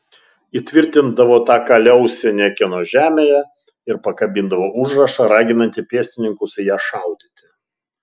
įtvirtindavo tą kaliausę niekieno žemėje ir pakabindavo užrašą raginantį pėstininkus į ją šaudyti